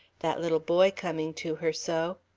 that little boy coming to her, so.